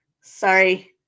sorry